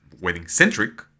wedding-centric